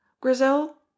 Grizel